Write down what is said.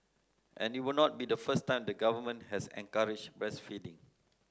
and it would not be the first time the government has encouraged breastfeeding